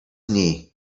knee